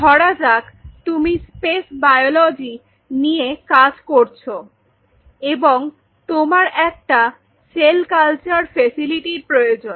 ধরা যাক তুমি স্পেস বায়োলজি নিয়ে কাজ করছ এবং তোমার একটা সেল কালচার ফেসিলিটির প্রয়োজন